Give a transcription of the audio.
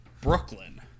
Brooklyn